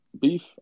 beef